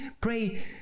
Pray